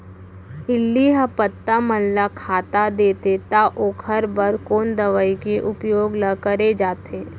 इल्ली ह पत्ता मन ला खाता देथे त ओखर बर कोन दवई के उपयोग ल करे जाथे?